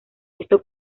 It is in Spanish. esto